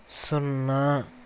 సున్నా